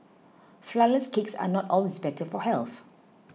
Flourless Cakes are not always better for health